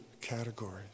category